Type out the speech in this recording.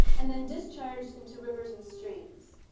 and then discharged into rivers and streams.